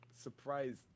surprised